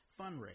fundraise